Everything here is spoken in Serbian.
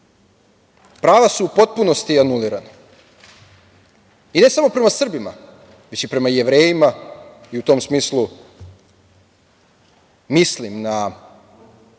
prava su u potpunosti anulirana. Ne samo prema Srbima, već i prema Jevrejima i u tom smislu mislim na